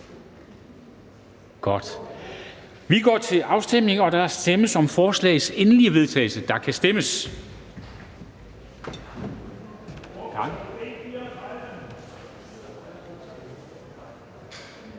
(Karen Ellemann): Der stemmes om forslagets endelige vedtagelse, og der kan stemmes.